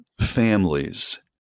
families